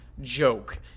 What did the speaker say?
joke